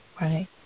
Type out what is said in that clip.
Right